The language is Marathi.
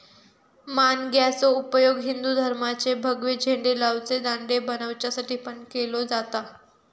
माणग्याचो उपयोग हिंदू धर्माचे भगवे झेंडे लावचे दांडे बनवच्यासाठी पण केलो जाता